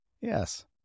Yes